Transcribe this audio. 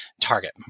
Target